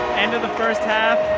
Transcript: and the first half.